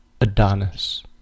Adonis